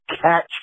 catch